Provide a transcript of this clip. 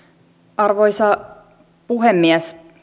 arvoisa puhemies